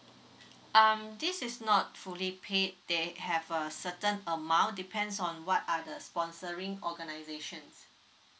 um this is not fully paid they have a certain amount depends on what are the sponsoring organisations